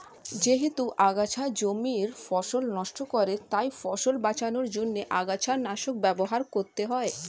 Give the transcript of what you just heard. যেহেতু আগাছা জমির ফসল নষ্ট করে তাই ফসল বাঁচানোর জন্য আগাছানাশক ব্যবহার করতে হয়